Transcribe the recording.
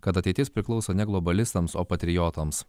kad ateitis priklauso ne globalistams o patriotams